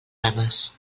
rames